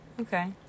Okay